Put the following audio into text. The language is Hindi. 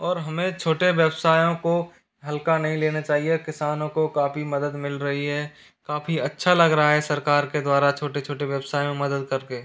और हमें छोटे व्यवसायों को हल्का नहीं लेना चाहिए किसानो को काफ़ी मदद मिल रही है काफ़ी अच्छा लग रहा है सरकार के द्वारा छोटे छोटे व्यवसाय में मदद करके